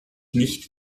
nicht